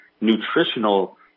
nutritional